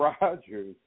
Rodgers